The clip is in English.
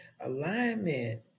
Alignment